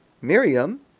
Miriam